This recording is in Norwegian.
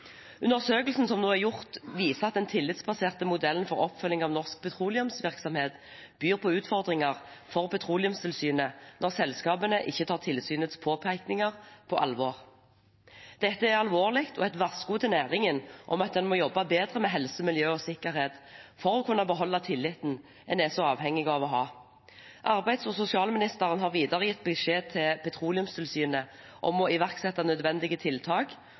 Undersøkelsen som nå er gjort, viser at den tillitsbaserte modellen for oppfølging av norsk petroleumsvirksomhet byr på utfordringer for Petroleumstilsynet når selskapene ikke tar tilsynets påpekninger på alvor. Dette er alvorlig og et varsko til næringen om at en må jobbe bedre med helse, miljø og sikkerhet for å kunne beholde tilliten en er så avhengig av. Arbeids- og sosialministeren har videre gitt tydelig beskjed til Petroleumstilsynet om å iverksette nødvendige tiltak,